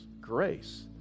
grace